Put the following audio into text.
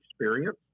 experience